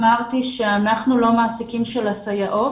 אמרתי שאנחנו לא המעסיקים של הסייעות.